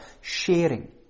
sharing